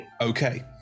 Okay